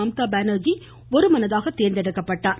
மம்தா பானர்ஜி ஒருமனதாக தேர்ந்தெடுக்கப்பட்டார்